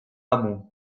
amu